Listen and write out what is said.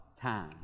time